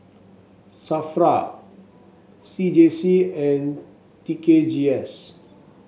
Safra C J C and T K G S